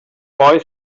boy